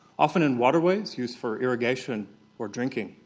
often in waterways used for irrigation or drinking.